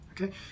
okay